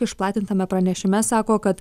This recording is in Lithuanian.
išplatintame pranešime sako kad